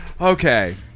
Okay